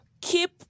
keep